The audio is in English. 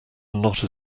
not